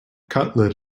cutlet